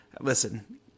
listen